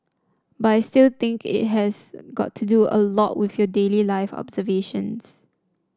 but I still think it has got to do a lot with your daily life observations